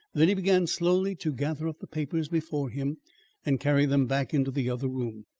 then he began slowly to gather up the papers before him and carry them back into the other room.